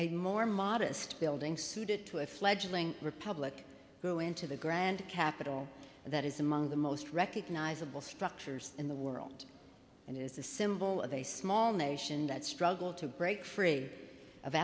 a more modest building suited to a fledgling republic go into the grand capital that is among the most recognizable structures in the world and it is a symbol of a small nation that struggled to break free of